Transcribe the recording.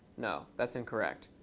no, that's incorrect.